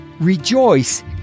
rejoice